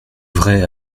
vraie